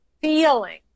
feeling